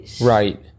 Right